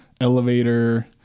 elevator